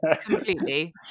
completely